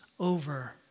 Over